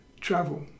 travel